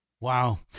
Wow